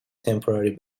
temporary